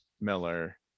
miller